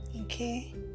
Okay